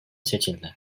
seçildi